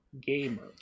Gamer